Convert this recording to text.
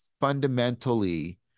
fundamentally